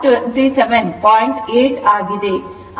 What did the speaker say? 8 √ 2 ಆಗಿದೆ